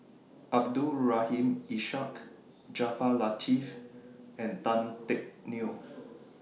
Abdul Rahim Ishak Jaafar Latiff and Tan Teck Neo